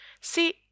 See